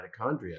mitochondria